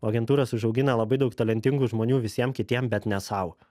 agentūros užaugina labai daug talentingų žmonių visiem kitiem bet ne sau